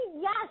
Yes